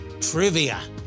trivia